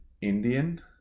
indian